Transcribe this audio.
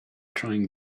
trying